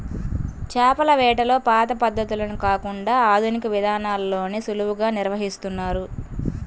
చేపల వేటలో పాత పద్ధతులను కాకుండా ఆధునిక విధానాల్లోనే సులువుగా నిర్వహిస్తున్నారు